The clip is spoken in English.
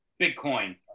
Bitcoin